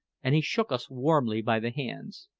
and he shook us warmly by the hands.